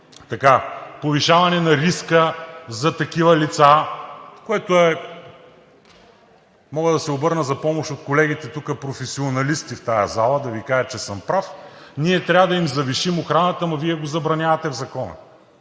очакваме повишаване на риска за такива лица. Мога да се обърна за помощ от колегите професионалисти в тази зала, за да Ви кажат, че съм прав. Ние трябва да им завишим охраната, но Вие го забранявате в Закона.